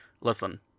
listen